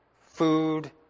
food